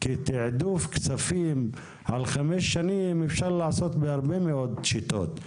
כי תיעדוף כספים על חמש שנים אפשר לעשות בהרבה מאוד שיטות,